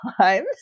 time